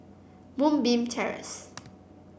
Moonbeam Terrace